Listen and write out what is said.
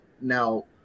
now